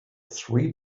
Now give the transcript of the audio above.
three